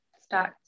start